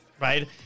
right